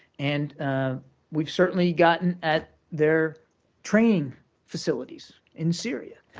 and we've certainly gotten at their training facilities in syria.